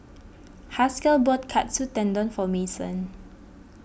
Haskell bought Katsu Tendon for Mason